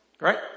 Right